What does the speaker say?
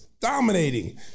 dominating